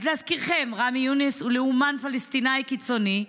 אז להזכירכם, רמי יונס הוא לאומן פלסטיני קיצוני,